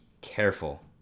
careful